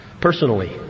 Personally